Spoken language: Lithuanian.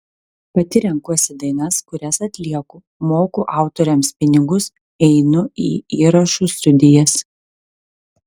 pati renkuosi dainas kurias atlieku moku autoriams pinigus einu į įrašų studijas